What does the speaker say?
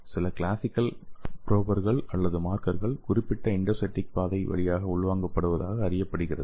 சில கிளாசிக்கல் ப்ராபர்கள் அல்லது மார்க்கர்கள் குறிப்பிட்ட எண்டோசைடிக் பாதை வழியாக உள்வாங்கப்படுவதாக அறியப்படுகிறது